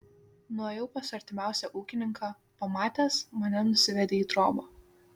nuėjau pas artimiausią ūkininką pamatęs mane nusivedė į trobą